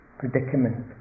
predicament